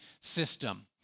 system